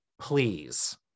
please